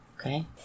Okay